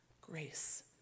grace